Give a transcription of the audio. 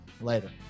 later